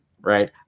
right